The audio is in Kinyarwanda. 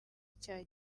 cya